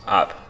up